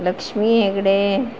Lakshmi Hegde